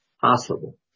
possible